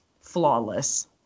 Flawless